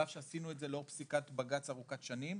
על אף שעשינו את זה לאורך פסיקת בג"צ ארוכת שנים,